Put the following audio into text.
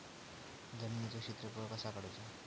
जमिनीचो क्षेत्रफळ कसा काढुचा?